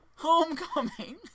Homecoming